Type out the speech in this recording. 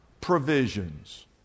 provisions